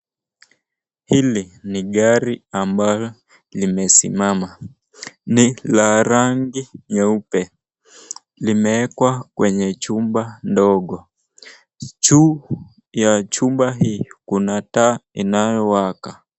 Hili ni gari ambalo limesimama, ni la rangi nyeupe. Limewekwa kwenye chumba ndogo juu ya chumba hii kuna taa inayo waka.